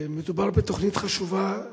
מדובר בתוכנית חשובה,